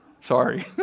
sorry